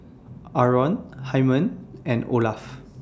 Arron Hymen and Olaf